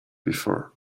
before